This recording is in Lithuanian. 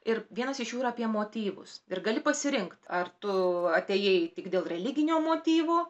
ir vienas iš jų apie motyvus ir gali pasirinkt ar tu atėjai tik dėl religinio motyvo